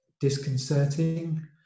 disconcerting